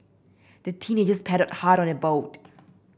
the teenagers paddled hard on they boat